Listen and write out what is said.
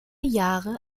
jahre